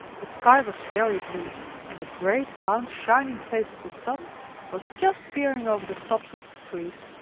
the sky was very blue and the great, round, shining face of the sun was just peering over the tops of the trees,